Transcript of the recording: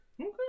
Okay